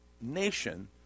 nation